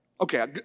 Okay